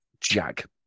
Jack